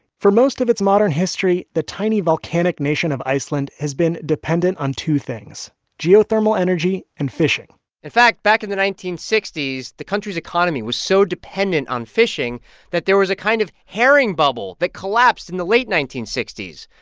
for most of its modern history, the tiny volcanic nation of iceland has been dependent on two things geothermal energy and fishing in fact, back in the nineteen sixty s, the country's economy was so dependent on fishing that there was a kind of herring bubble that collapsed in the late nineteen sixty s.